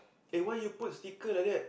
eh why you put sticker like that